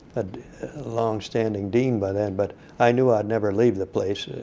a long-standing dean by then. but i knew i'd never leave the place,